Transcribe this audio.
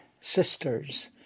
sisters